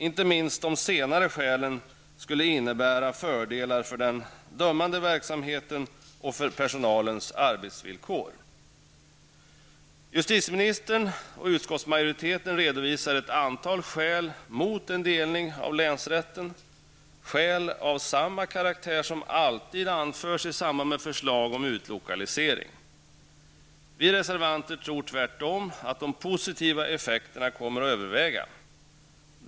Inte minst dessa senare skäl skulle innebära fördelar för den dömande verksamheten och för personalens arbetsvillkor. Justitieministern och utskottsmajoriteten redovisar ett antal skäl mot en delning av länsrätten, skäl av samma karaktär som alltid anförs i samband med förslag om utlokalisering. Vi reservanter tror tvärtom att de positiva effekterna kommer att överväga.